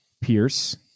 Pierce